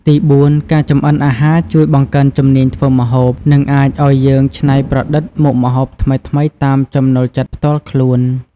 ទីបួន ការចម្អិនអាហារជួយ បង្កើនជំនាញធ្វើម្ហូប និងអាចឱ្យយើងច្នៃប្រឌិតមុខម្ហូបថ្មីៗតាមចំណូលចិត្តផ្ទាល់ខ្លួន។